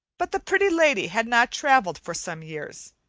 but the pretty lady had not travelled for some years,